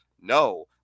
No